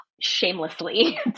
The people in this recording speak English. shamelessly